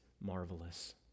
marvelous